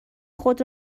خود